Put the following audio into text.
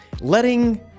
letting